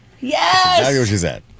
Yes